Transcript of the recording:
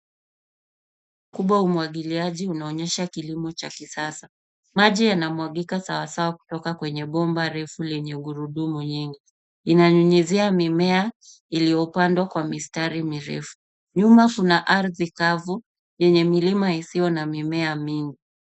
Kubwa wa umwagiliaji unaonyesha kilimo cha kisasa. Maji yanamwagika sawa sawa kutoka kwenye bomba refu lenye gurudumu nyingi. Inanyunyizia mimea iliyopandwa kwa mistari mirefu. Nyuma kuna ardhi kavu, yenye milima isiyo na mimea mingi.